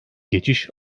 geçiş